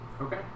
Okay